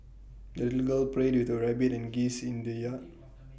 the little girl played with her rabbit and geese in the yard